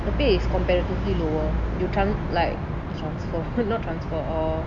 the pay is comparatively lower you trans~ like transfer not transfer err